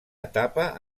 etapa